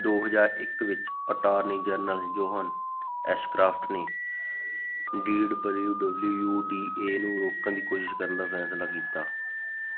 ਦੋ ਹਜ਼ਾਰ ਇੱਕ ਵਿੱਚ ਅਟਾਰਨੀ ਜਨਰਲ ਜੌਹਨ ਐਸ਼ਕ੍ਰਾਫਟ ਨੇ D W W U D A ਨੂੰ ਰੋਕਣ ਦੀ ਕੋਸ਼ਿਸ਼ ਕਰਨ ਦਾ ਫੈਸਲਾ ਕੀਤਾ